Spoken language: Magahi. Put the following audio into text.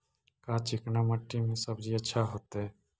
का चिकना मट्टी में सब्जी अच्छा होतै?